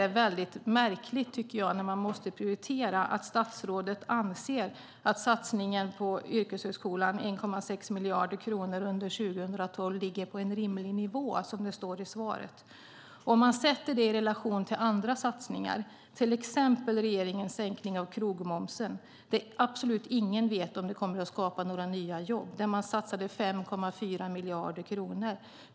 Det är mycket märkligt att man måste prioritera så att statsrådet anser att satsningen med 1,6 miljarder på yrkeshögskolan under 2012 ligger på en rimlig nivå, som det står i svaret. Man kan sätta det i relation till andra satsningar. Det gäller till exempel regeringens sänkning av krogmomsen, där absolut ingen vet om det kommer att skapa några nya jobb. Där satsade man 5,4 miljarder kronor.